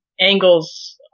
angles